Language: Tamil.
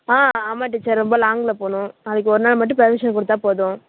ஆ ஆமாம் டீச்சர் ரொம்ப லாங்கில் போகணும் நாளைக்கு ஒரு நாள் மட்டும் பெர்மிஷன் கொடுத்தா மட்டும் போதும்